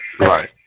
Right